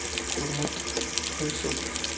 کوٚرمُت حٲصِل